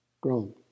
grown